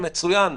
מצוין,